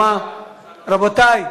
לרשום את זה.